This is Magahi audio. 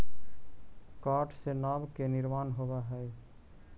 काठ से नाव के निर्माण होवऽ हई